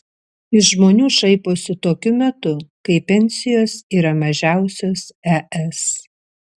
iš žmonių šaiposi tokiu metu kai pensijos yra mažiausios es